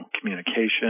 communication